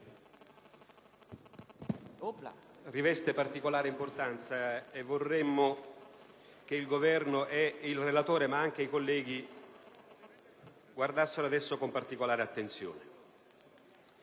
specifica importanza, e vorremmo che il Governo, il relatore, ma anche i colleghi, guardassero ad esso con particolare attenzione.